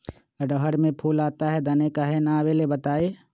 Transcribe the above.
रहर मे फूल आता हैं दने काहे न आबेले बताई?